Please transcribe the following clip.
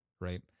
right